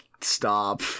stop